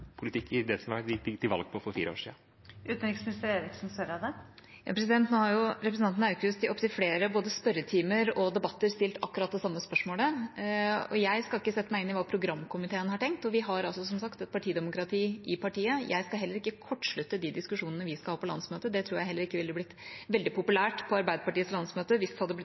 politikk i det som de gikk til valg på for fire år siden? Nå har jo representanten Aukrust i opptil flere både spørretimer og debatter stilt akkurat det samme spørsmålet. Jeg skal ikke sette meg inn i hva programkomiteen har tenkt, og vi har altså, som sagt, et partidemokrati i partiet. Jeg skal heller ikke kortslutte de diskusjonene vi skal ha på landsmøtet. Det tror jeg heller ikke ville blitt veldig populært på Arbeiderpartiets landsmøte hvis det hadde